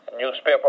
newspaper